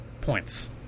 points